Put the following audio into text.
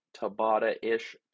Tabata-ish